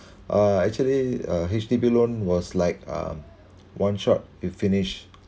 uh actually uh H_D_B loan was like um one shot we finished